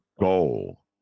goal